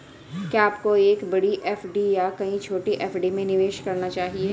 क्या आपको एक बड़ी एफ.डी या कई छोटी एफ.डी में निवेश करना चाहिए?